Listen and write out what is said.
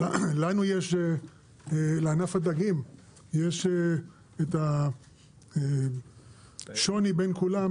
אבל לנו יש לענף הדגים יש את השוני בין כולם,